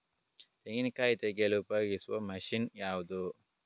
ತೆಂಗಿನಕಾಯಿ ತೆಗೆಯಲು ಉಪಯೋಗಿಸುವ ಮಷೀನ್ ಯಾವುದು?